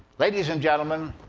ladies and gentlemen,